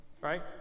right